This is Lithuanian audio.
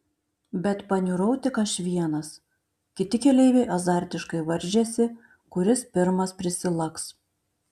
bet paniurau tik aš vienas kiti keleiviai azartiškai varžėsi kuris pirmas prisilaks